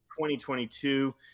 2022